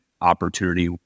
opportunity